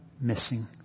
missing